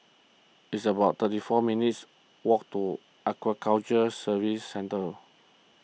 it's about thirty four minutes' walk to Aquaculture Services Centre